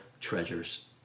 treasures